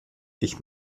ich